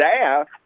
staff